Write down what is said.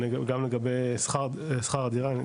גם לגבי שכר הדירה,